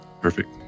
Perfect